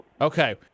Okay